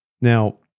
Now